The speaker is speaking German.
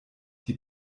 die